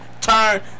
Turn